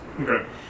Okay